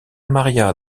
maria